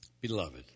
Beloved